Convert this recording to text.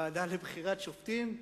לוועדה לבחירת שופטים.